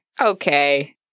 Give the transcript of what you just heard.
okay